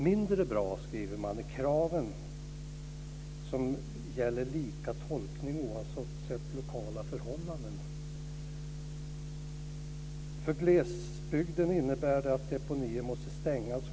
Mindre bra, skriver man, är kraven som gäller lika tolkning oavsett lokala förhållanden. För glesbygden innebär det att deponier måste stängas.